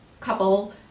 couple